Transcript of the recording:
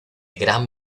gran